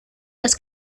los